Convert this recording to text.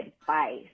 advice